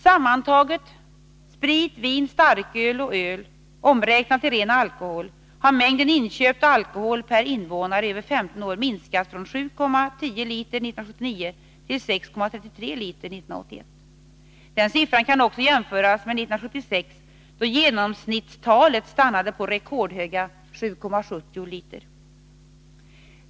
Sammantaget — sprit, vin, starköl och öl omräknat till ren alkohol — har mängden inköpt alkohol per invånare över 15 år minskat från 7,10 liter 1979 till 6,33 liter 1981. Den siffran kan också jämföras med siffran för 1976, då genomsnittstalet stannade på rekordhöga 7,70 liter.